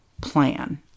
plan